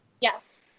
Yes